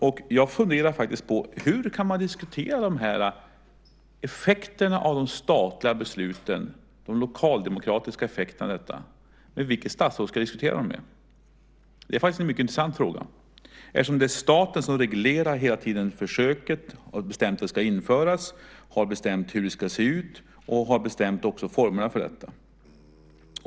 Hur kan man diskutera de lokaldemokratiska effekterna de statliga besluten? Vilket statsråd ska jag diskutera dem med? Det är faktiskt en mycket intressant fråga. Det är staten som hela tiden reglerar försöket och har bestämt att det ska införas, hur det ska se ut och också formerna för detta.